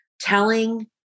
telling